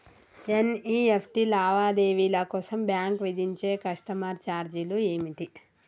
NEFT లావాదేవీల కోసం bank విధించే కస్టమర్ ఛార్జీలు ఏమిటి?